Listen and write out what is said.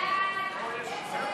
ההצעה